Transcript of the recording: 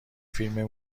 فیلم